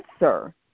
answer